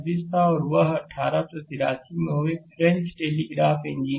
और 1883 में वह एक फ्रेंच टेलीग्राफ इंजीनियरथे